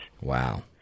Wow